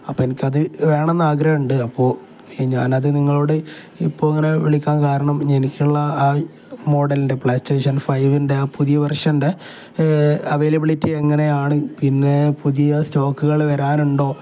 അപ്പോള് എനിക്കത് വേണമെന്ന് ആഗ്രഹമുണ്ട് അപ്പോള് ഞാനത് നിങ്ങളോട് ഇപ്പോള് ഇങ്ങനെ വിളിക്കാന് കാരണം എനിക്കുള്ള ആ മോഡലിൻ്റെ പ്ലേ സ്റ്റേഷൻ ഫൈവിൻ്റെ ആ പുതിയ വെർഷൻ്റെ അവൈലബിലിറ്റി എങ്ങനെയാണ് പിന്നെ പുതിയ സ്റ്റോക്കുകള് വരാനുണ്ടോ